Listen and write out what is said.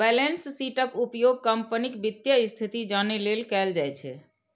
balance शीटक उपयोग कंपनीक वित्तीय स्थिति जानै लेल कैल जाइ छै